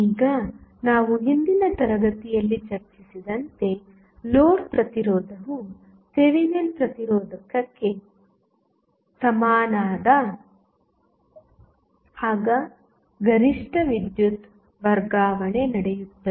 ಈಗ ನಾವು ಹಿಂದಿನ ತರಗತಿಯಲ್ಲಿ ಚರ್ಚಿಸಿದಂತೆ ಲೋಡ್ ಪ್ರತಿರೋಧವು ಥೆವೆನಿನ್ ಪ್ರತಿರೋಧಕ್ಕೆ ಸಮನಾದಾಗ ಗರಿಷ್ಠ ವಿದ್ಯುತ್ ವರ್ಗಾವಣೆ ನಡೆಯುತ್ತದೆ